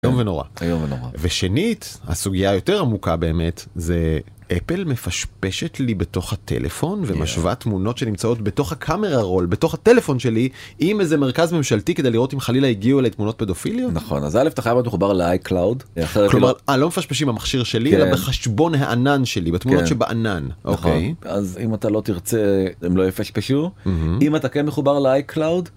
איום ונורא. איום ונורא. ושנית הסוגיה היותר עמוקה באמת זה אפל מפשפשת לי בתוך הטלפון ומשווה תמונות שנמצאות בתוך הקמרה רול בתוך הטלפון שלי. עם איזה מרכז ממשלתי כדי לראות אם חלילה הגיעו אליי תמונות פדופיליות? נכון, אז קודם כל אתה חייב להיות מחובר מחובר לאיי-קלאוד. לא מפשפשים במכשיר שלי אלא בחשבון הענן שלי בתמונות שבענן, אוקיי, אז אם אתה לא תרצה הם לא יפשפשו אם אתה כן מחובר לאי-קלאוד.